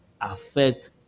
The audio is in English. affect